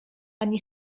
ani